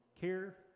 care